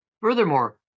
Furthermore